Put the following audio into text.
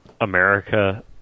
America